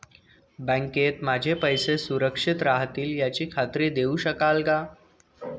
बँकेत माझे पैसे सुरक्षित राहतील याची खात्री देऊ शकाल का?